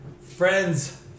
Friends